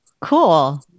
cool